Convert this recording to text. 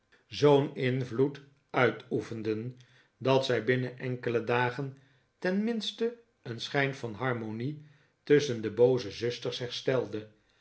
zoo'n invloed uitoefenden dat zij binnen enkele dagen ten minste een schijn van harmonie tusschen de booze zusters herstelde